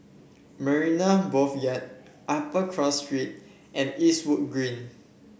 Marina Boulevard Upper Cross Street and Eastwood Green